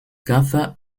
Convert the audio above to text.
caza